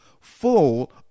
full